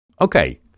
Okay